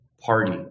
party